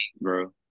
bro